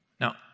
Now